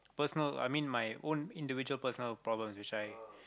personal I mean my own individual personal problem which I